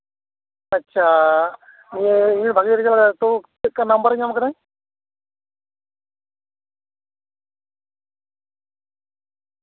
ᱟᱪᱪᱷᱟ ᱵᱷᱟᱹᱜᱤ ᱨᱮᱡᱟᱞ ᱟᱠᱟᱫᱟᱭ ᱫᱚ ᱪᱮᱫᱞᱮᱠᱟ ᱱᱚᱢᱵᱚᱨ ᱮ ᱧᱟᱢ ᱠᱟᱫᱟᱭ